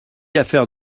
affaires